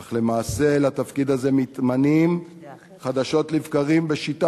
אך למעשה לתפקיד הזה מתמנים חדשות לבקרים בשיטה